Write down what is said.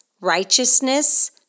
righteousness